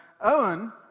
Owen